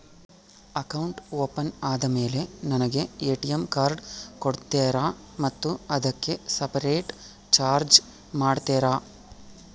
Account open ಆದಮೇಲೆ ನನಗೆ ATM card ಕೊಡ್ತೇರಾ ಮತ್ತು ಅದಕ್ಕೆ ಸಪರೇಟ್ ಚಾರ್ಜ್ ಮಾಡ್ತೇರಾ?